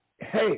hey